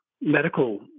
medical